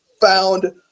found